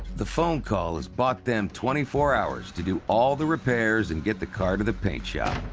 the phone call has bought them twenty four hours to do all the repairs and get the car to the paint shop.